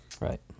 right